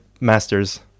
master's